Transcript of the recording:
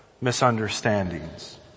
misunderstandings